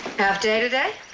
half day today?